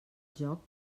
joc